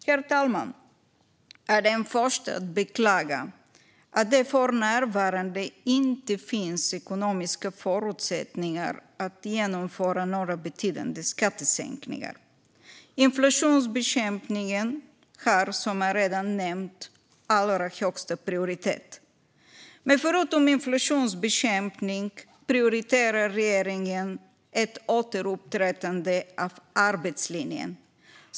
Herr talman! Jag är den första att beklaga att det för närvarande inte finns ekonomiska förutsättningar att genomföra några betydande skattesänkningar. Inflationsbekämpningen har som jag redan nämnt allra högsta prioritet. Men förutom inflationsbekämpning prioriterar regeringen ett återupprättande av arbetslinjen.